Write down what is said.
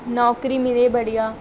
नौकिरी मिले बढ़िया